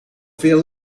veel